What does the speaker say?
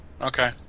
Okay